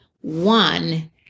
one